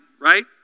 right